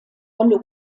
rollo